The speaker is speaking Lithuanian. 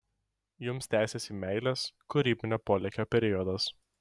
jums tęsiasi meilės kūrybinio polėkio periodas